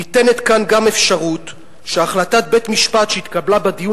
ניתנת כאן גם אפשרות שהחלטת בית-משפט שהתקבלה בדיון